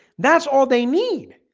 that's all they need.